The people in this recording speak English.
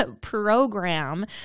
program